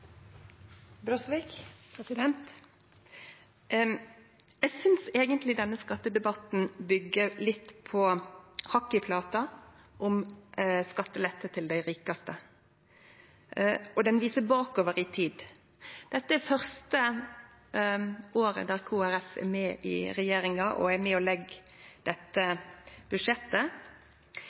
litt hakk i plata om skattelette til dei rikaste, og han viser bakover i tid. Dette er det første året Kristeleg Folkeparti er med i regjeringa og er med på å leggje budsjettet. Innrømmer SV at det ikkje er nettoskatteauke i dette budsjettet,